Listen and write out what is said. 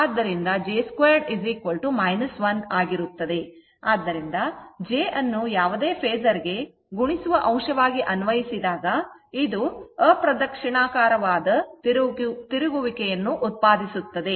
ಆದ್ದರಿಂದ j ಅನ್ನು ಯಾವುದೇ ಫೇಸರ್ ಗೆ ಗುಣಿಸುವ ಅಂಶವಾಗಿ ಅನ್ವಯಿಸಿದಾಗ ಇದು ಅಪ್ರದಕ್ಷಿಣಾಕಾರವಾಗಿ ತಿರುಗುವಿಕೆಯನ್ನು ಉತ್ಪಾದಿಸುತ್ತದೆ